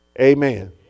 Amen